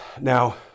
Now